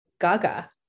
gaga